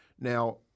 Now